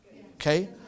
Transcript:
Okay